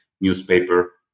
newspaper